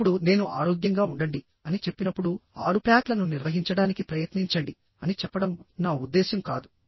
ఇప్పుడు నేను ఆరోగ్యంగా ఉండండి అని చెప్పినప్పుడు ఆరు ప్యాక్లను నిర్వహించడానికి ప్రయత్నించండి అని చెప్పడం నా ఉద్దేశ్యం కాదు